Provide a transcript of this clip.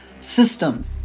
system